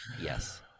Yes